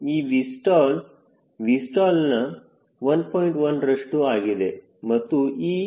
ಈ V takeoff Vstallನ 1